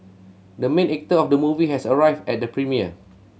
the main actor of the movie has arrived at the premiere